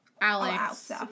Alex